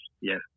yes